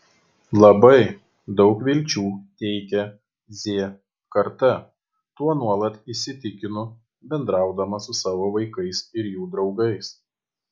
labai daug vilčių teikia z karta tuo nuolat įsitikinu bendraudama su savo vaikais ir jų draugais